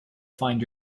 find